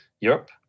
Europe